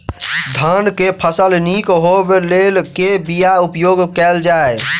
धान केँ फसल निक होब लेल केँ बीया उपयोग कैल जाय?